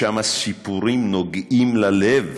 יש שם סיפורים נוגעים ללב